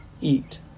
eat